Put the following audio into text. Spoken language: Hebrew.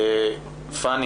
פני